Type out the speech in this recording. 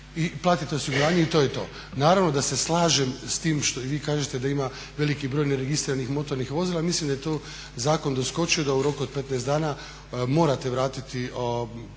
i platite osiguranje i to je to. Naravno da se slažem s tim i vi kažete da ima veliki broj neregistriranih motornih vozila. Mislim da je to zakon doskočio da u roku od 15 dana morate vratiti